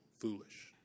foolish